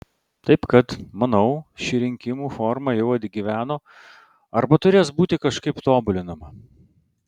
taip kad manau ši rinkimų forma jau atgyveno arba turės būti kažkaip tobulinama